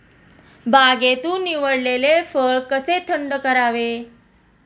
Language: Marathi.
बागेतून निवडलेले फळ कसे थंड करावे?